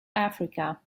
africa